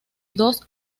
dos